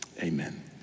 amen